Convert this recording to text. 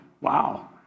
Wow